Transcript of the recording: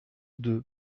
deux